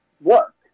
work